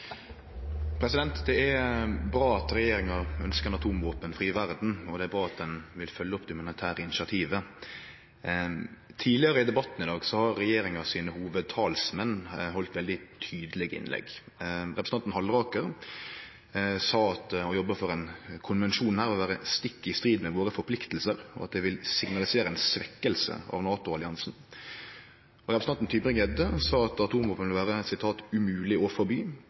er bra at ein vil følgje opp det humanitære initiativet. Tidlegare i debatten i dag har regjeringa sine hovudtalsmenn halde veldig tydelege innlegg. Representanten Halleraker sa at å jobbe for ein konvensjon vil vere stikk i strid med våre forpliktingar, og at det vil signalisere ei svekking av NATO-alliansen. Og representanten Tybring-Gjedde sa at atomvåpen vil vere «umulig å forby», at dei aldri vil forsvinne, at det ikkje er noko poeng å